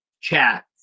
chat